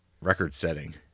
Record-setting